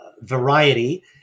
Variety